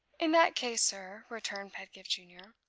in that case, sir, returned pedgift junior,